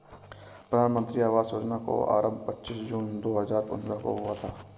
प्रधानमन्त्री आवास योजना का आरम्भ पच्चीस जून दो हजार पन्द्रह को हुआ था